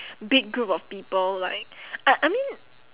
big group of people like I I mean